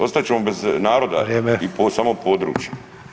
Ostat ćemo bez naroda i samo područje.